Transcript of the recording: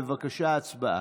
בבקשה, הצבעה.